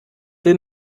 will